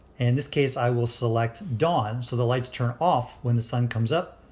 in this case i will select dawn, so the lights turn off when the sun comes up.